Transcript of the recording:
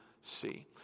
see